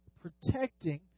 protecting